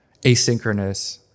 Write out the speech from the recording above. asynchronous